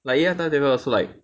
like 一样 timetable also like